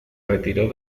retiró